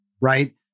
right